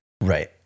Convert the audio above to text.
Right